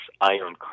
iron